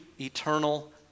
eternal